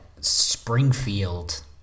springfield